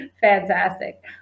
Fantastic